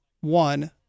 One